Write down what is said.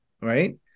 right